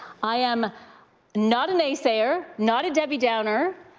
i am not a nay-sayer, not a debbie downer,